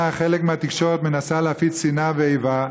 חלק מהתקשורת מנסה להפיץ שנאה ואיבה,